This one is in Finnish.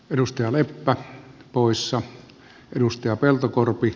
edustaja leppä poissa edustaja peltokorpi